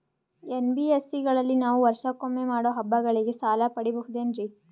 NBSC ಗಳಲ್ಲಿ ನಾವು ವರ್ಷಕೊಮ್ಮೆ ಮಾಡೋ ಹಬ್ಬಗಳಿಗೆ ಸಾಲ ಪಡೆಯಬಹುದೇನ್ರಿ?